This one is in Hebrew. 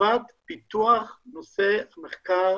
לטובת פיתוח נושא מחקר